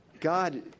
God